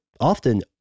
often